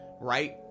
right